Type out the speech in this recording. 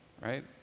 right